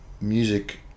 music